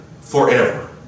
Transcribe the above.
forever